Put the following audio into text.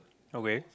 okay